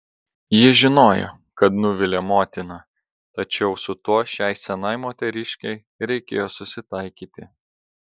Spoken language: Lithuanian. ji žinojo kad nuvilia motiną tačiau su tuo šiai senai moteriškei reikėjo susitaikyti